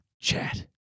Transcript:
chat